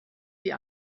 die